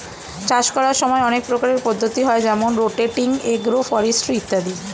চাষ করার সময় অনেক প্রকারের পদ্ধতি হয় যেমন রোটেটিং, এগ্রো ফরেস্ট্রি ইত্যাদি